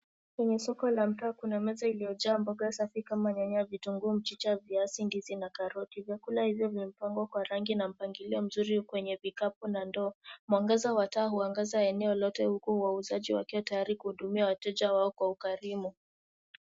Kwenye soko la mtaa kuna meza iliyojaa mboga safi kama nyanya, vitunguu, mchicha viazi, ndizi na karoti . Vyakula hivyo vimepangwa kwa rangi na mpangilio mzuri kwenye vikapu na ndoo. Mwangaza wa taa huangaza eneo lote huku wauzaji wakiwa tayari kuwahudumia wateja wao kwa ukarimu.